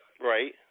Right